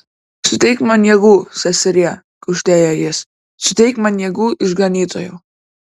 suteik man jėgų seserie kuždėjo jis suteik man jėgų išganytojau